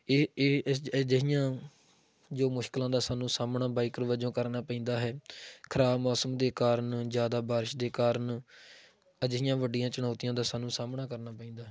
ਇਹ ਇਹ ਅਜਿਹੀਆਂ ਜੋ ਮੁਸ਼ਕਿਲਾਂ ਦਾ ਸਾਨੂੰ ਸਾਹਮਣਾ ਬਾਈਕਰ ਵਜੋਂ ਕਰਨਾ ਪੈਂਦਾ ਹੈ ਖ਼ਰਾਬ ਮੌਸਮ ਦੇ ਕਾਰਨ ਜ਼ਿਆਦਾ ਬਾਰਿਸ਼ ਦੇ ਕਾਰਨ ਅਜਿਹੀਆਂ ਵੱਡੀਆਂ ਚੁਣੌਤੀਆਂ ਦਾ ਸਾਨੂੰ ਸਾਹਮਣਾ ਕਰਨਾ ਪੈਂਦਾ ਹੈ